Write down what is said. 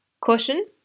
Caution